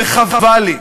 וחבל לי.